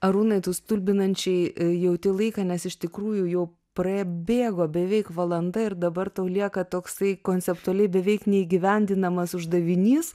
arūnai tu stulbinančiai jauti laiką nes iš tikrųjų jau prabėgo beveik valanda ir dabar tau lieka toksai konceptualiai beveik neįgyvendinamas uždavinys